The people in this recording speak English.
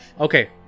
Okay